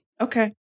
Okay